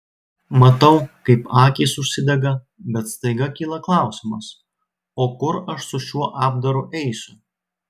matau kaip akys užsidega bet staiga kyla klausimas o kur aš su šiuo apdaru eisiu